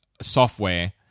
software